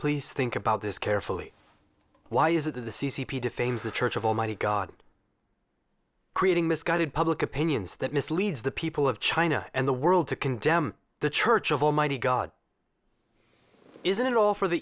please think about this carefully why is it that the c c p defames the church of almighty god creating misguided public opinions that misleads the people of china and the world to condemn the church of almighty god isn't it all for the